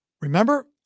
Remember